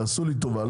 תעשו לי טובה,